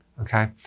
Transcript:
Okay